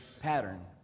pattern